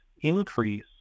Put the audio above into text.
increase